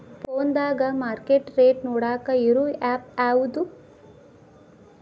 ಫೋನದಾಗ market rate ನೋಡಾಕ್ ಇರು ಆ್ಯಪ್ ಯಾವದು?